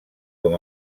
com